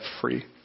free